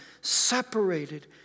separated